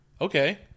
Okay